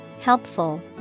helpful